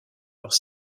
leurs